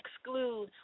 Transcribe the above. exclude